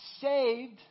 saved